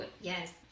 yes